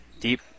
deep